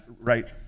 right